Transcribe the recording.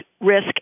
risk